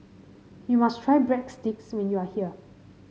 you must try Breadsticks when you are here